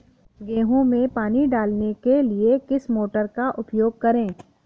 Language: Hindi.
गेहूँ में पानी डालने के लिए किस मोटर का उपयोग करें?